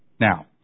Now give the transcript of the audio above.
Now